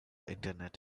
internet